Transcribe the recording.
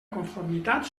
conformitat